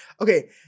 Okay